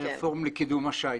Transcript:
הפורום לקידום השיט.